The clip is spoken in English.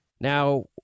now